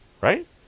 right